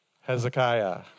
Hezekiah